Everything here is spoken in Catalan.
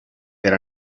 per